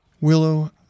Willow